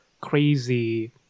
crazy